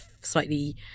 slightly